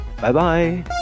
Bye-bye